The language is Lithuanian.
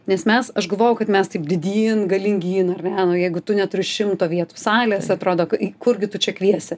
nes mes aš galvojau kad mes taip didyn galingyn ar ne nu jeigu tu neturi šimto vietų salės atrodo k į kurgi tu čia kviesi